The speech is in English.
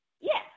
Yes